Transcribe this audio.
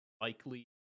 likely